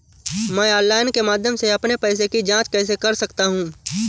मैं ऑनलाइन के माध्यम से अपने पैसे की जाँच कैसे कर सकता हूँ?